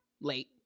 late